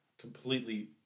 completely